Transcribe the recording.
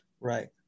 right